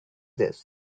this